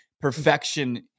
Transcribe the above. Perfection